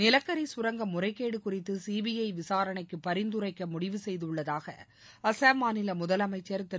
நிலக்கரி சுரங்க முறைகேடு குறித்து சிபிஐ விசாரணைக்கு பரிந்துரைக்க முடிவு செய்துள்ளதாக அசாம் மாநில முதலமைச்சள் திரு